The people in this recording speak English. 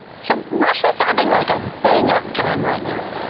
so russia's having, like, a bang-up time right now.